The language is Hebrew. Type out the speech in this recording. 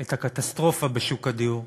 את הקטסטרופה בשוק הדיור.